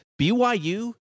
BYU